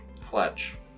Fletch